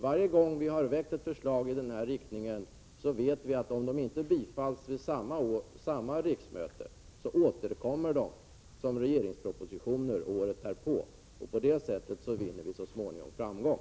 Varje gång vi väcker ett förslag i den här riktningen vet vi att om det inte bifalles vid samma riksmöte, så återkommer det som regeringsproposition året därpå, och på det sättet vinner vi så småningom framgång.